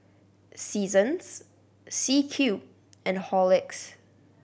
Seasons C Cube and Horlicks